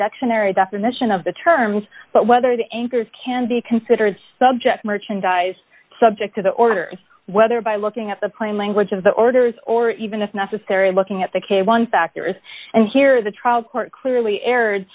scenary definition of the terms but whether the anchors can be considered subject merchandise subject to the orders whether by looking at the plain language of the orders or even if necessary looking at the k one factors and here the trial court clearly erred